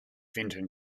vinton